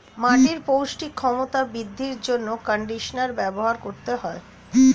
মাটির পৌষ্টিক ক্ষমতা বৃদ্ধির জন্য কন্ডিশনার ব্যবহার করতে হয়